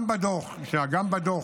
גם בדוח,